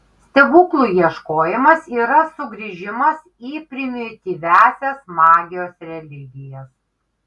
stebuklų ieškojimas yra sugrįžimas į primityviąsias magijos religijas